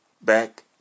back